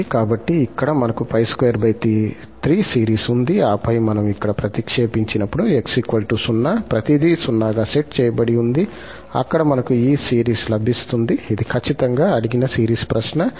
కాబట్టి ఇక్కడ మనకు 𝜋23 సిరీస్ ఉంది ఆపై మనం ఇక్కడ ప్రతిక్షేపించినప్పుడు 𝑥 0 ప్రతిదీ 0 గా సెట్ చేయబడి ఉంది అక్కడ మనకు ఈ సిరీస్ లభిస్తుంది ఇది ఖచ్చితంగా అడిగిన సిరీస్ ప్రశ్న